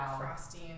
frosting